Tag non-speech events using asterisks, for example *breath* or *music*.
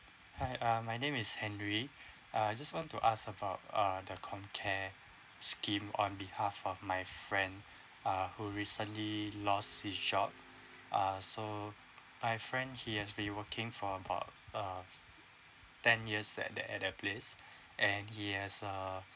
hi um my name is henry *breath* uh I just want to ask about uh the comcare scheme on behalf of my friend *breath* uh who recently lost his job uh so my friend he has been working for about uh ten years at that at that place *breath* and he has uh